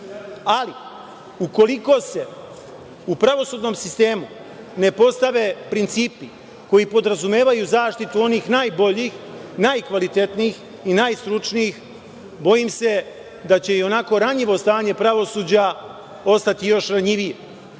itd. Ali, ukoliko se u pravosudnom sistemu ne postave principi koji podrazumevaju zaštitu onih najboljih, najkvalitetnijih i najstručnijih, bojim se da će i onako ranjivo stanje pravosuđa postati još ranjivije. Ovo